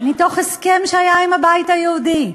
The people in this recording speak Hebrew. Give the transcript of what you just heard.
מתוך הסכם שהיה עם הבית היהודי,